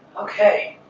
okay